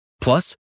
Plus